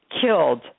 killed